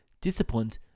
disciplined